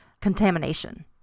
contamination